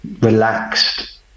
relaxed